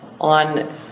on